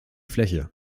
fläche